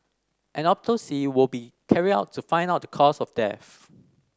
an autopsy will be carried out to find out the cause of death